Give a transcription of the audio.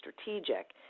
strategic